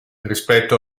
rispetto